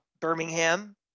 Birmingham